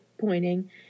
pointing